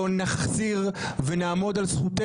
זה לא יקרה, אסור שזה יקרה.